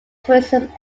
tourism